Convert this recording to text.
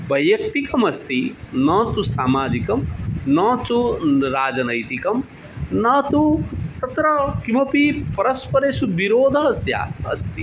वैयक्तिकमस्ति न तु सामाजिकं न तु न राजनैतिकं न तु तत्र किमपि परस्परेषु विरोधः स्यात् अस्ति